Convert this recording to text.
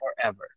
forever